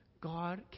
God